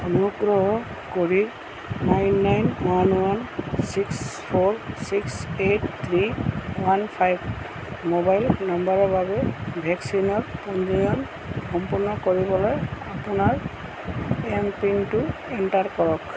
অনুগ্ৰহ কৰি nine nine one one six four six eight three one five mobile নম্বৰৰ বাবে ভেকচিনৰ পঞ্জীয়ন সম্পূৰ্ণ কৰিবলৈ আপোনাৰ এমপিনটো এণ্টাৰ কৰক